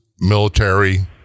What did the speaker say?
military